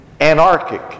anarchic